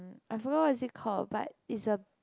I forgot what is it called but is a